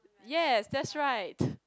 yes that's right